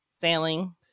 Sailing